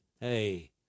Hey